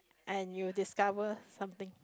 and you discover something